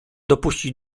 dopuścić